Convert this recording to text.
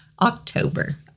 October